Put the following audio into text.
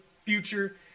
future